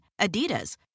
Adidas